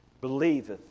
believeth